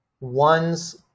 one's